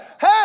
Hey